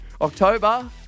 October